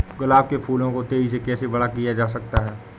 गुलाब के फूलों को तेजी से कैसे बड़ा किया जा सकता है?